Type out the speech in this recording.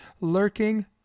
lurking